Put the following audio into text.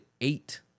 eight